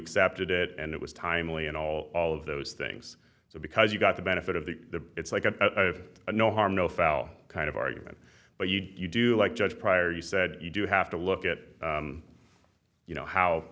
accepted it and it was timely and all all of those things so because you got the benefit of the it's like a no harm no foul kind of argument but you do like judge prior you said you do have to look at you know how